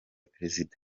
perezida